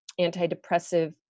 antidepressive